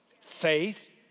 Faith